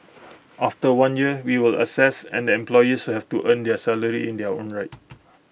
after one year we will assess and the employees have to earn their salary in their own right